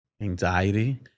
anxiety